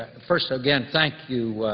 first, again, thank you,